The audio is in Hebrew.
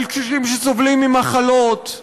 על קשישים שסובלים ממחלות,